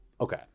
okay